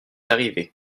arrivée